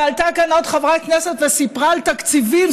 ועלתה כאן עוד חברת כנסת וסיפרה על תקציבים.